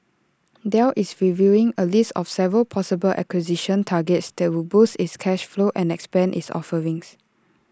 Dell is reviewing A list of several possible acquisition targets that would boost its cash flow and expand its offerings